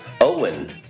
Owen